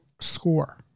score